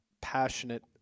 passionate